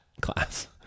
class